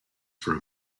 for